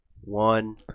One